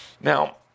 Now